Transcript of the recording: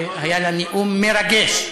והיה לה נאום מרגש,